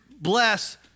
bless